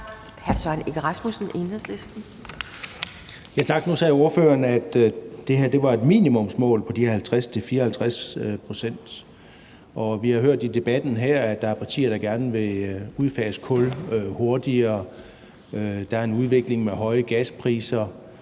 Søren Egge Rasmussen (EL): Tak. Nu sagde ordføreren, at de 50-54 pct. var et minimumsmål, og vi har hørt i debatten her, at der er partier, der gerne vil udfase kul hurtigere, og der er en udvikling med høje gaspriser,